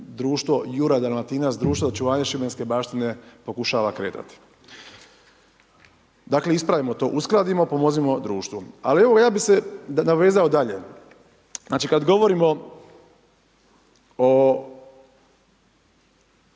društvo Juraj Dalmatinac, društvo očuvanja šibenske baštine pokušava kretati. Dakle, ispravimo to, uskladimo, pomognimo društvu. Ja bi se navezao dalje. Kada govorimo o